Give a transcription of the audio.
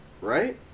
Right